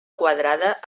quadrada